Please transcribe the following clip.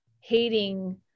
hating